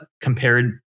compared